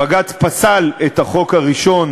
בג"ץ פסל את החוק הראשון,